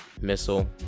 missile